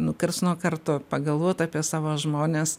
nu kars nuo karto pagalvot apie savo žmones